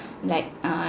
like uh